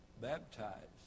baptized